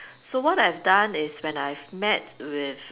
so what I've done is when I've met with